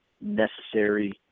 necessary